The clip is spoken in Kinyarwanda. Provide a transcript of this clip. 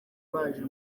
baje